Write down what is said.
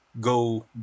go